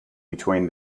between